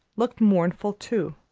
looked mournful too,